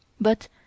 But